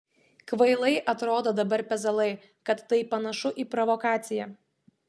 kvailai atrodo dabar pezalai kad tai panašu į provokaciją